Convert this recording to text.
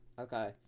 Okay